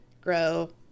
grow